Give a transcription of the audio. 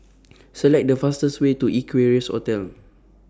Select The fastest Way to Equarius Hotel